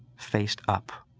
faced up,